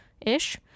ish